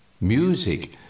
music